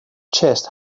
chest